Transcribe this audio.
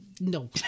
no